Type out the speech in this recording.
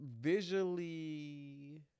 visually